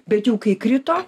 bet jau kai krito